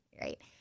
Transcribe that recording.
Right